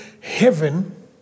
heaven